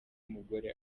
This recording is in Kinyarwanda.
mugore